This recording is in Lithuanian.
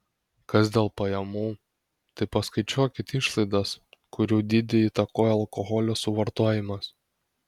kas dėl pajamų tai paskaičiuokit išlaidas kurių dydį įtakoja alkoholio suvartojimas